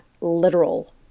literal